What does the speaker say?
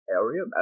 area